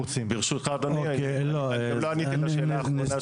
ברשותך אדוני, לא עניתי לשאלה האחרונה.